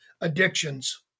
addictions